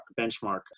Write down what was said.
benchmark